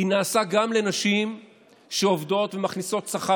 היא נעשית גם לנשים שעובדות ומכניסות שכר